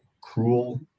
cruel